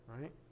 right